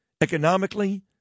Economically